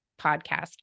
podcast